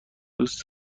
دوست